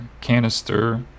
canister